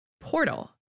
portal